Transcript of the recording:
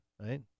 right